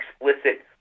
explicit